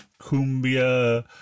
cumbia